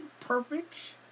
perfect